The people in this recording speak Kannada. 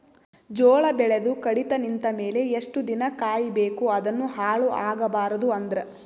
ಜೋಳ ಬೆಳೆದು ಕಡಿತ ನಿಂತ ಮೇಲೆ ಎಷ್ಟು ದಿನ ಕಾಯಿ ಬೇಕು ಅದನ್ನು ಹಾಳು ಆಗಬಾರದು ಅಂದ್ರ?